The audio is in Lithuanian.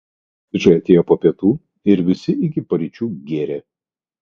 bičai atėjo po pietų ir visi iki paryčių gėrė